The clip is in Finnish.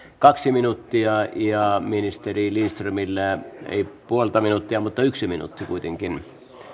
kaksi minuuttia ja ministeri lindströmillä ei puolta minuuttia mutta yksi minuutti kuitenkin